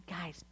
guys